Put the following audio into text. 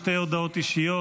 שתי הודעות אישיות,